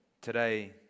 Today